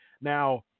Now